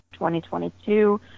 2022